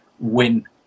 win